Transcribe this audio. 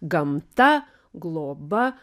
gamta globa